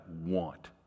want